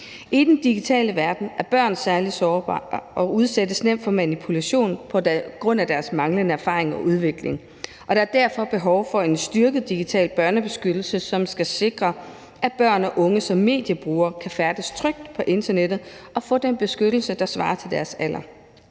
I den digitale verden er børn særlig sårbare og udsættes nemt for manipulation på grund af deres manglende erfaring og udvikling, og der er derfor behov for en styrket digital børnebeskyttelse, som skal sikre, at børn og unge som mediebrugere kan færdes trygt på internettet og få den beskyttelse, der svarer til deres alder.